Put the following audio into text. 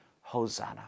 Hosanna